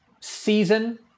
season